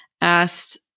asked